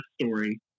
story